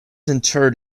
interred